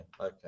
okay